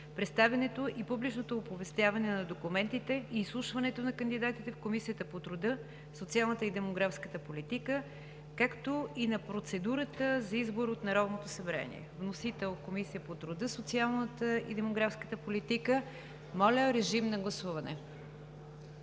представянето и публичното оповестяване на документите и изслушването на кандидатите в Комисията по труда, социалната и демографската политика, както и на процедурата за избор от Народното събрание. Вносител е Комисията по труда, социалната и демографската политика. Моля, гласуваме.